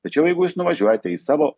tačiau jeigu jūs nuvažiuojate į savo